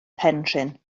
penrhyn